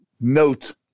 note